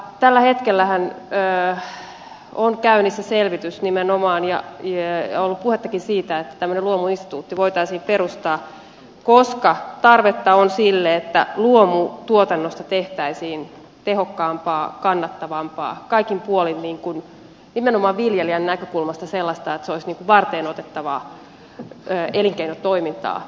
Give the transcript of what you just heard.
tällä hetkellähän on käynnissä nimenomaan selvitys ja ollut puhettakin siitä että tämmöinen luomuinstituutti voitaisiin perustaa koska tarvetta on sille että luomutuotannosta tehtäisiin tehokkaampaa kannattavampaa kaikin puolin nimenomaan viljelijän näkökulmasta sellaista että se olisi varteen otettavaa elinkeinotoimintaa